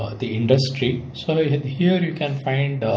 the industry sorry here you can find